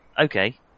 Okay